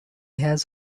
has